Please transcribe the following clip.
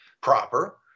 proper